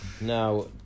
now